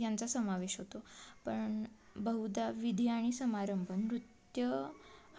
यांचा समावेश होतो पण बहुधा विधी आणि समारंभ नृत्य